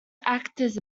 actors